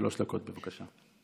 שלוש דקות, בבקשה.